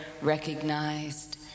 recognized